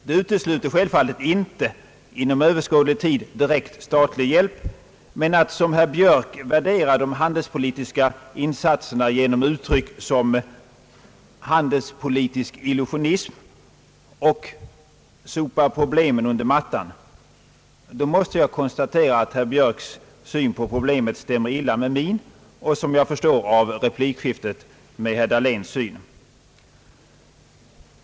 Detta utesluter självfallet inte inom överskådlig tid direkt statlig hjälp, men när herr Björk värderar de handelspolitiska insatserna genom uttryck som »handelspolitisk illusionism» och »sopa problemen under mattan», så måste jag konstatera att herr Björks syn på problemet stämmer illa med min och — som jag förstår av replikskiftet — med herr Dahléns syn.